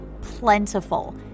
plentiful